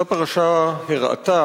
אותה פרשה הראתה